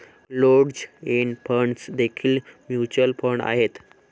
closed end funds देखील mutual fund आहेत